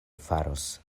faros